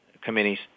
committees